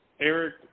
Eric